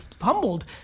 humbled